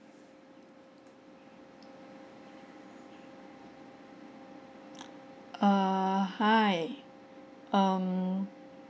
err hi um